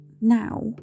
now